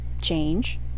change